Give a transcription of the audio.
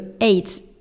eight